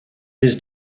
his